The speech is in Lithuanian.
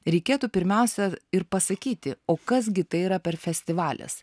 reikėtų pirmiausia ir pasakyti o kas gi tai yra per festivalis